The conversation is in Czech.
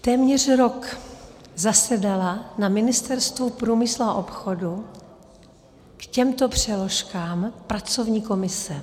Téměř rok zasedala na Ministerstvu průmyslu a obchodu k těmto přeložkám pracovní komise.